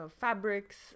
fabrics